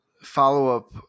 Follow-up